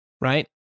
Right